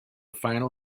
final